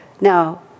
Now